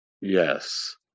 Yes